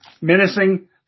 menacing